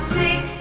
six